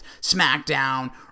SmackDown